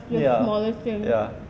ya